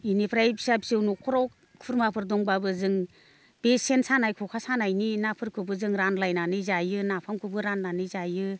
इनिफ्राय फिसा फिसौ न'खराव खुरमाफोर दंब्लाबो जों बे सेन सानाय ख'खा सानायनि नाफोरखौ जों रानलायनानै जायो नाफामखौबो राननानै जायो